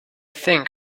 think